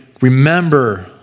remember